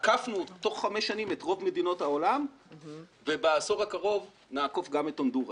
עקפנו את רוב מדינות העולם ובעשור הקרוב נעקוף גם את הונדורס.